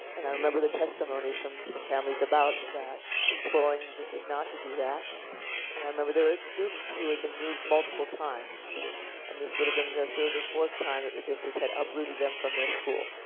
and i remember the testimonies from from families about that imploring the district not to do that and i remember there is students who had been moved multiple times and this would've been their third or fourth time that the district had uprooted them from their school.